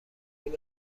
این